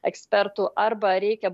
ekspertų arba reikia